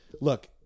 Look